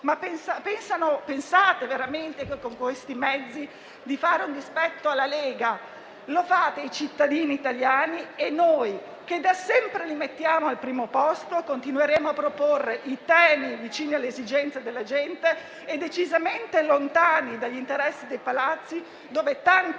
ma pensate veramente con questi mezzi di fare un dispetto alla Lega? Lo fate ai cittadini italiani e noi, che da sempre li mettiamo al primo posto, continueremo a proporre i temi vicini alle esigenze della gente e decisamente lontani dagli interessi dei palazzi dove tanti